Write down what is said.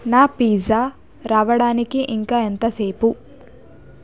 నా పిజ్జా రావడానికి ఇంకా ఎంత సేపు